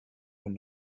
were